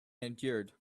endured